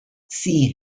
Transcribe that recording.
see